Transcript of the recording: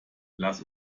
lass